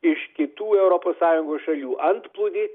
iš kitų europos sąjungos šalių antplūdį